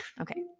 Okay